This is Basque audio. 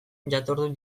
jatordu